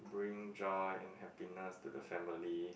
bring joy and happiness to the family